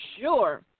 sure